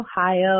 Ohio